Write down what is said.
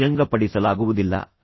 ಬಹಿರಂಗಪಡಿಸಲಾಗುವುದಿಲ್ಲ